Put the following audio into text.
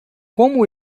como